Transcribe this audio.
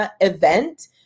event